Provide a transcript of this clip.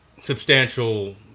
substantial